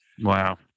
Wow